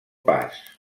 pas